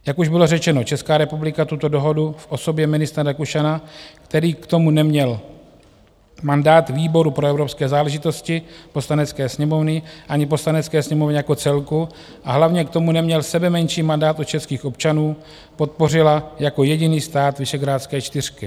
Jak už bylo řečeno, Česká republika tuto dohodu v osobě ministra Rakušana, který k tomu neměl mandát výboru pro evropské záležitosti Poslanecké sněmovny ani Poslanecké sněmovny jako celku a hlavně k tomu neměl sebemenší mandát od českých občanů, podpořila jako jediný stát Visegrádské čtyřky.